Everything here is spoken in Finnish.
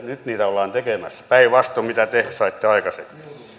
nyt ollaan tekemässä sitä päinvastoin kuin mitä te saitte aikaiseksi